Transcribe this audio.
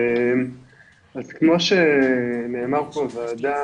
אז כמו שנאמר פה בוועדה,